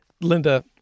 Linda